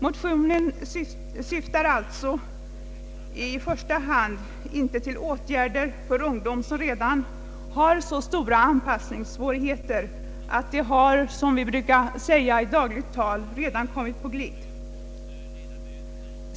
Motionen syftar alltså inte i först hand till åtgärder för sådan ungdom som redan har så stora anpassningssvårigheter att den, som vi i dagligt tal brukar säga, har kommit på glid.